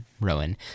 Rowan